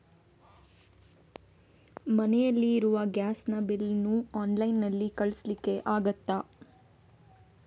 ಮನೆಯಲ್ಲಿ ಇರುವ ಗ್ಯಾಸ್ ನ ಬಿಲ್ ನ್ನು ಆನ್ಲೈನ್ ನಲ್ಲಿ ಕಳಿಸ್ಲಿಕ್ಕೆ ಆಗ್ತದಾ?